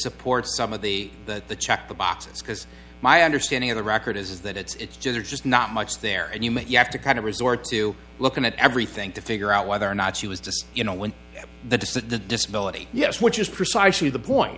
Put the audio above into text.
supports some of the that the check the boxes because my understanding of the record is that it's just it's just not much there and you make you have to kind of resort to looking at everything to figure out whether or not she was just you know when the dissident disability yes which is precisely the point